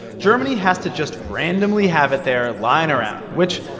germany has to just randomly have it there, lying around, which,